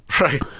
Right